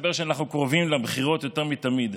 מסתבר שאנחנו קרובים לבחירות יותר מתמיד.